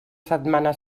setmana